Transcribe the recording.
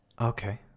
Okay